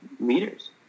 meters